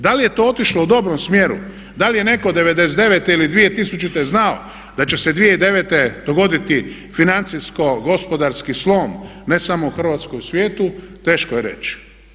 Da li je to otišlo u dobrom smjeru, da li je netko '99. ili 2000. znao da će se 2009. dogoditi financijsko-gospodarski slom ne samo Hrvatske u svijetu teško je reći.